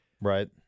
right